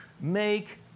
make